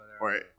right